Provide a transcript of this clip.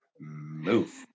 move